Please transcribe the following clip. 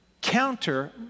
counter